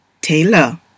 Taylor